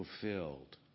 fulfilled